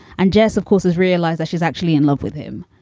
and jess, of course, has realized that she's actually in love with him.